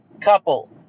couple